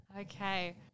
Okay